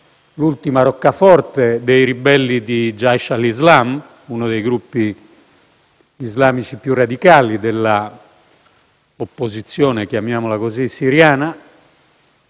l'ultima roccaforte dei ribelli di Jaish al-Islam, uno dei gruppi islamici più radicali della cosiddetta opposizione siriana.